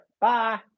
Bye